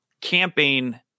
camping